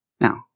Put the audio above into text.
Now